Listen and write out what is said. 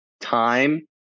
time